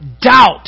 doubt